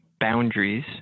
boundaries